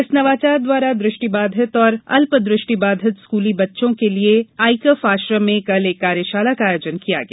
इस नवाचार द्वारा दुष्टि बाधित और अल्प दृष्टि बाधित स्कूली बच्चों के लिये आइकफ आश्रम में कल एक कार्यशाला का आयोजन किया गया